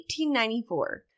1894